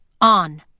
on